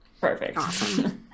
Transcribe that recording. perfect